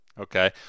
okay